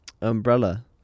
umbrella